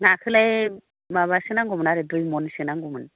नाखौलाय माबासो नांगौमोन आरो दुइमनसो नांगौमोन